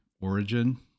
origin